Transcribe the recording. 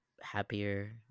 happier